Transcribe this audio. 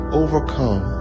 overcome